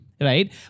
Right